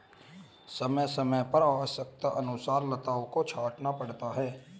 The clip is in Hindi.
समय समय पर आवश्यकतानुसार लताओं को छांटना पड़ता है